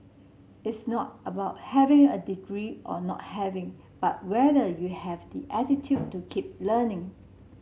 it's not about having a degree or not having but whether you have the attitude to keep learning